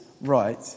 right